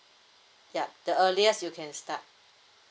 ya the earliest you can start